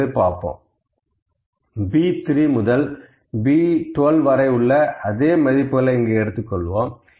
B3 முதல் B12 வரை உள்ள அதே மதிப்புகளை இங்கு எடுத்துக்கொள்வோம்